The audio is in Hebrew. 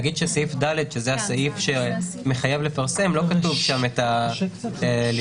נגיד שסעיף ד שזה הסעיף שמחייב לפרסם לא כתוב שם את המילה ליזום.